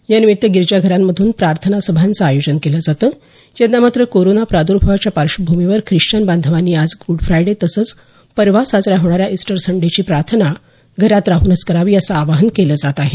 यानिमित्त गिरिजाघरांमधून प्रार्थना सभांचं आयोजन केलं जातं यंदा मात्र कोरोना प्रादुर्भावाच्या पार्श्वभूमीवर ख्रिश्चन बांधवांनी आज गुडफ्रायडे तसंच परवा साजऱ्या होणाऱ्या इस्टर संडेची प्रार्थना घरात राहूनच करावी असं आवाहन केलं जात आहे